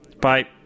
bye